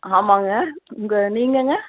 ஆமாம்ங்க உங்கள் நீங்கங்க